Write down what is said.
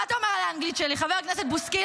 מה אתה אומר על האנגלית שלי, חבר הכנסת בוסקילה?